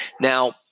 Now